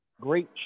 great